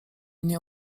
nie